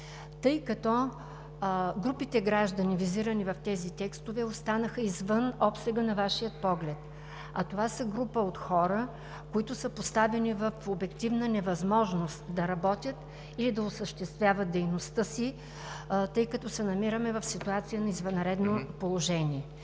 тъй като групите граждани, визирани в тези текстове, останаха извън обсега на Вашия поглед. Това са група от хора, които са поставени в обективна невъзможност да работят и да осъществяват дейността си, тъй като се намираме в ситуация на извънредно положение